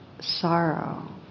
sorrow